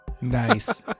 Nice